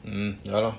mm ya lor